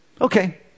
okay